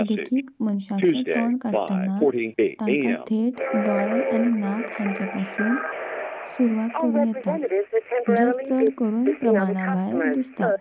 देखीक मनशाचें तोंड काडटना तांकां थेट दोळे आनी नाक हांचे पासून सुरवात करूं येता जे चड करून प्रमाणा भायर दिसतात